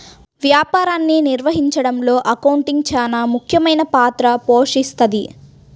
వ్యాపారాన్ని నిర్వహించడంలో అకౌంటింగ్ చానా ముఖ్యమైన పాత్ర పోషిస్తది